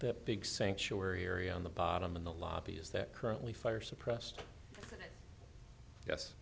that big sanctuary on the bottom in the lobbies that currently fire suppressed yes